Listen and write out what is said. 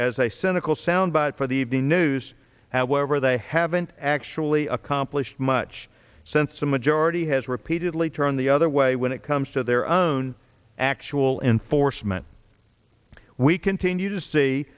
as a cynical soundbite for the evening news however they haven't actually accomplished much since a majority has repeatedly turn the other way when it comes to their own actual enforcement we continue to see